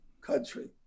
country